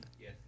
Yes